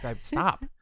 Stop